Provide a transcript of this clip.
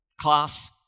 class